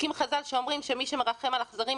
צודקים חז"ל שאומרים שמי שמרחם על אכזרים,